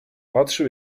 patrzył